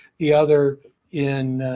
the other in